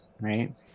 right